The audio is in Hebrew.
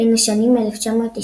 בין השנים 1998–2000